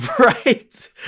right